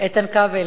איתן כבל.